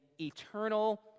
eternal